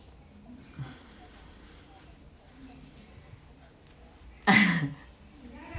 ah